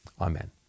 Amen